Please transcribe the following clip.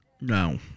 No